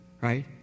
Right